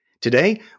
Today